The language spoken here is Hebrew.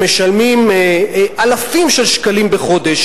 משלמים אלפים של שקלים בחודש,